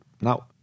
Now